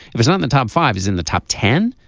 it was not the top five is in the top ten.